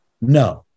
No